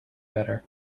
better